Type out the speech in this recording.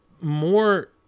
more